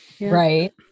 right